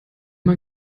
man